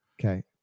Okay